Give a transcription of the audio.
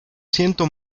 siento